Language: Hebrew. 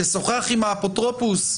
לשוחח עם האפוטרופוס,